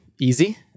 easy